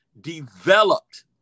developed